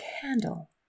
candle